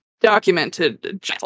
documented